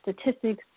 statistics